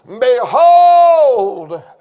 behold